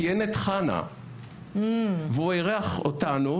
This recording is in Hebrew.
כי אין את חנה והוא אירח אותנו,